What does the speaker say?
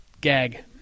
gag